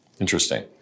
Interesting